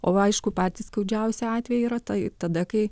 o aišku patys skaudžiausi atvejai yra tai tada kai